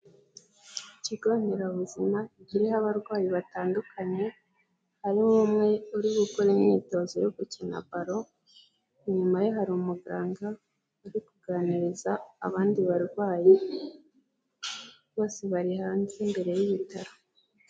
Ikigo nderabuzima kiriho abarwayi batandukanye, harimo umwe uri gukora imyitozo yo gukina baro. Inyuma ye hari umuganga uri kuganiriza abandi barwayi, bose bari hanze imbere y'ibitaro.